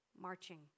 marching